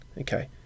okay